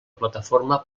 plataforma